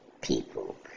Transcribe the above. people